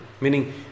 meaning